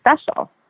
special